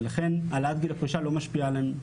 לכן העלאת גיל הפרישה לא משפיעה עליהן,